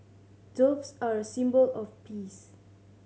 doves are a symbol of peace